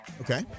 Okay